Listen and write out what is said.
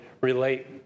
relate